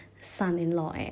Son-in-law